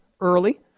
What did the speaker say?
early